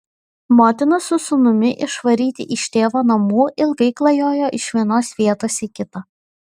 motina su sūnumi išvaryti iš tėvo namų ilgai klajojo iš vienos vietos į kitą